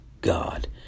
God